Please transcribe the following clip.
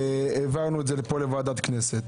והעברנו את זה לפה, לוועדת הכנסת.